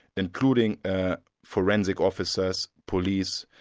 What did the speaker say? including ah forensic officers, police,